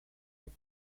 feed